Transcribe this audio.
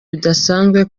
bidasanzwe